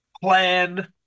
plan